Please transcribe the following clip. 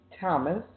Thomas